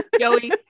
Joey